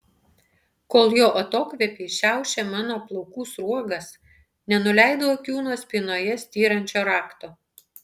kol jo atokvėpiai šiaušė mano plaukų sruogas nenuleidau akių nuo spynoje styrančio rakto